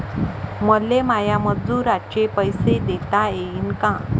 मले माया मजुराचे पैसे देता येईन का?